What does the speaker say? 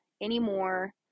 anymore